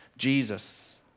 Jesus